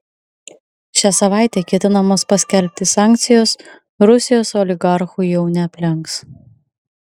šią savaitę ketinamos paskelbti sankcijos rusijos oligarchų jau neaplenks